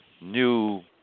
new